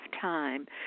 time